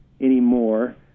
anymore